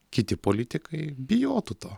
kiti politikai bijotų to